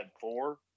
four